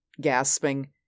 gasping